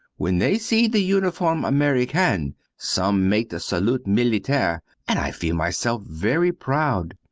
when they see the uniform american some make the salute military and i feel myself very proud.